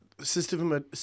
System